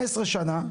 15 שנה,